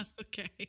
okay